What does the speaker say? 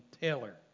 Taylor